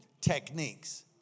techniques